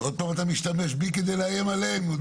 עוד פעם אתה משתמש בי כדי לאיים עליהם?